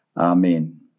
Amen